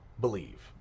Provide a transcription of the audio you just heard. believe